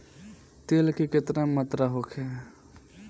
तेल के केतना मात्रा होखे?